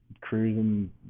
Cruising